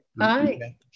Hi